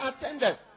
attended